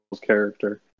character